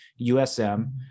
USM